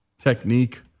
Technique